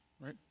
right